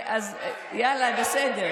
אין לה בעצמה משרד.